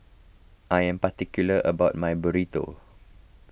I am particular about my Burrito